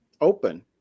open